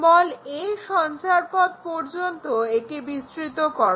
a সঞ্চারপথ পর্যন্ত একে বিস্তৃত করো